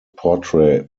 portrait